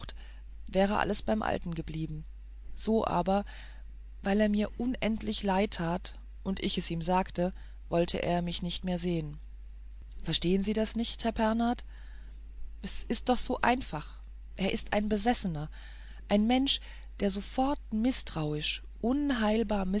wäre alles beim alten geblieben so aber weil er mir unendlich leid tat und ich es ihm sagte wollte er mich nicht mehr sehen sie verstehen das nicht herr pernath es ist doch so einfach er ist ein besessener ein mensch der sofort mißtrauisch